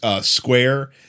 Square